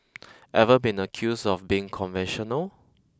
ever been accused of being conventional